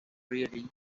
really